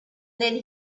then